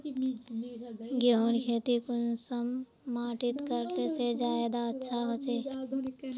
गेहूँर खेती कुंसम माटित करले से ज्यादा अच्छा हाचे?